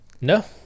no